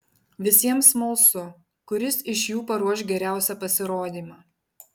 visiems smalsu kuris iš jų paruoš geriausią pasirodymą